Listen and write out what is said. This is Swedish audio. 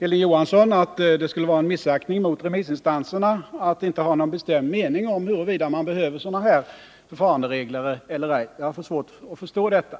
Hilding Johansson sade att man skulle visa missaktning mot remissinstanserna, om man hade en bestämd mening om huruvida sådana här förfaranderegler behövs eller ej. Jag har svårt att förstå detta.